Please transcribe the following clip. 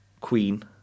Queen